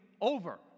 over